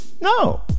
No